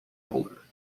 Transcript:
elder